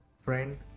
friend